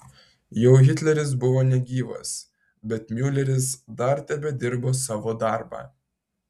jau hitleris buvo negyvas bet miuleris dar tebedirbo savo darbą